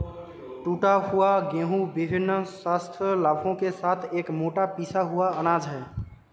टूटा हुआ गेहूं विभिन्न स्वास्थ्य लाभों के साथ एक मोटा पिसा हुआ अनाज है